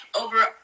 over